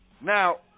Now